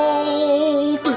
old